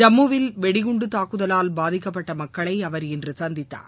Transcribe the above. ஜம்முவில் வெடிகுண்டு தாக்குதலால் பாதிக்கப்பட்ட மக்களை அவர் இன்று சந்தித்தார்